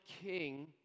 king